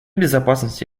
безопасности